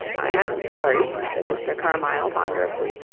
i am sorry, said mr. carmyle ponderously,